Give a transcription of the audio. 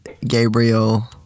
Gabriel